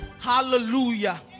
hallelujah